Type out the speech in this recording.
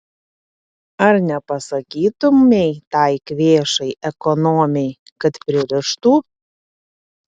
ar nepasakytumei tai kvėšai ekonomei kad pririštų